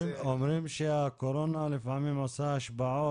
אומרים שהקורונה עושה השפעות,